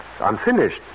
unfinished